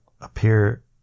appear